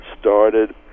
started